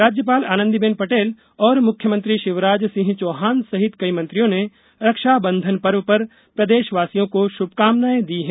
राज्यपाल आनंदी बने पटेल और मुख्यमंत्री शिवराज सिंह चौहान सहित कई मंत्रियों ने रक्षाबंधन पर्व पर प्रदेशवासियों को शुभकामनाएं दी है